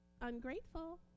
Ungrateful